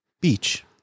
beach